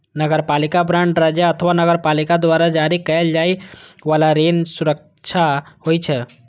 नगरपालिका बांड राज्य अथवा नगरपालिका द्वारा जारी कैल जाइ बला ऋण सुरक्षा होइ छै